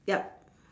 yup